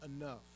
enough